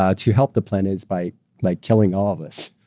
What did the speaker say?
ah to help the planet, is by like killing all of us.